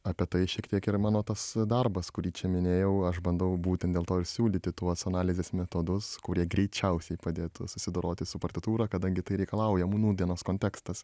apie tai šiek tiek yra mano tas darbas kurį čia minėjau aš bandau būtent dėl to ir siūlyti tuos analizės metodus kurie greičiausiai padėtų susidoroti su partitūra kadangi tai reikalauja nūdienos kontekstas